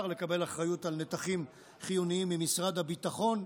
לקבל אחריות על נתחים חיוניים ממשרד הביטחון,